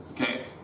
Okay